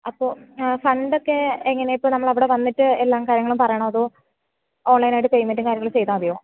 അപ്പോള് ഫണ്ടൊക്കെ എങ്ങനെയാണ് ഇപ്പോള് നമ്മള് അവിടെ വന്നിട്ട് എല്ലാം കാര്യങ്ങളും പറയണോ അതോ ഓൺലൈനായിട്ട് പേയ്മെൻറ്റും കാര്യങ്ങളും ചെയ്താല് മതിയോ